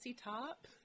top